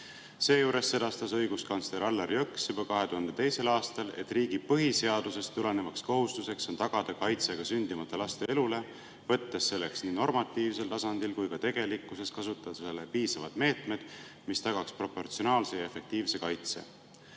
Seejuures sedastas õiguskantsler Allar Jõks juba 2002. aastal, et riigi põhiseadusest tulenevaks kohustuseks on tagada kaitse ka sündimata laste elule, võttes selleks nii normatiivsel tasandil kui ka tegelikkuses kasutusele piisavad meetmed, mis tagaksid proportsionaalse ja efektiivse kaitse.